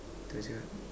itu je